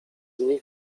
nich